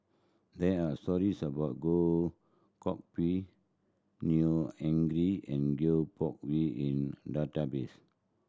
there are stories about Goh Koh Pui Neo Anngee and Goh Koh Pui in database